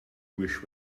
wish